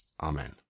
Amen